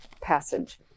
passage